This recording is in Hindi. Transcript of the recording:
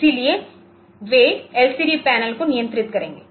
इसलिए वे एलसीडी पैनल को नियंत्रित करेंगे